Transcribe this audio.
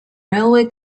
railway